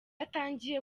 atangiye